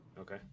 Okay